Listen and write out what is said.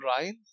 Ryan